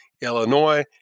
Illinois